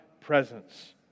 presence